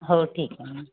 हो ठीक आहे मॅम